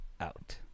out